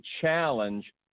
challenge